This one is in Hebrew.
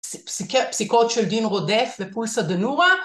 פסיקות של דין רודף ופולסא דנורא